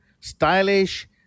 stylish